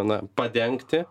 na padengti